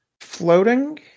floating